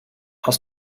aus